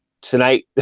tonight